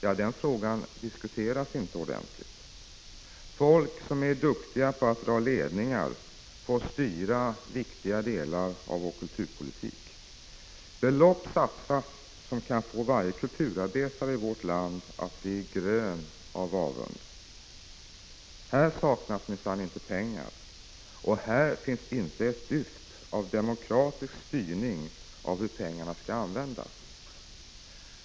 Ja, den frågan diskuteras inte ordenligt. Folk som är duktiga på att dra ledningar får styra viktiga delar av vår kulturpolitik. Belopp satsas som kan få varje kulturarbetare i vårt land att bli grön av avund. Här saknas minsann inte pengar, och här finns inte ett dyft av demokratisk styrning av hur pengarna skall användas.